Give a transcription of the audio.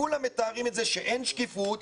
כולם מתארים את זה שאין שקיפות,